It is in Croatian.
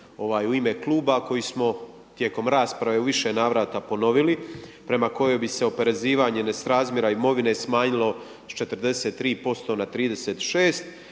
u ime kluba koju smo tijekom rasprave u više navrata ponovili prema kojoj bi se oporezivanje nesrazmjera imovine smanjilo s 43% na 36